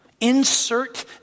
Insert